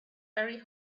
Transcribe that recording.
very